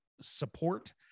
support